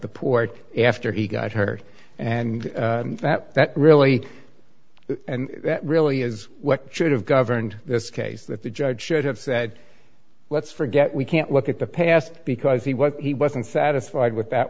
the port after he got hurt and that really and that really is what should have governed this case that the judge should have said let's forget we can't look at the past because he was he wasn't satisfied with that